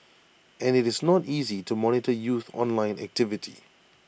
and IT is not easy to monitor youth online activity